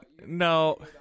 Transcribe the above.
No